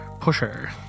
Pusher